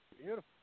Beautiful